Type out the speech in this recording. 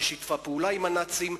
אשר שיתפה פעולה עם הנאצים.